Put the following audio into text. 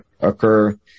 occur